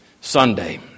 Sunday